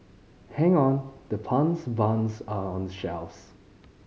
hang on the puns buns are shelves